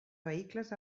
vehicles